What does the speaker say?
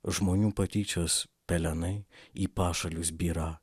žmonių patyčios pelenai į pašalius byrą